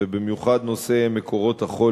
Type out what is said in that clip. ובמיוחד נושא מקורות החול